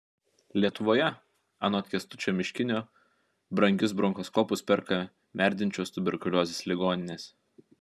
lietuvoje anot kęstučio miškinio brangius bronchoskopus perka merdinčios tuberkuliozės ligoninės